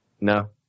No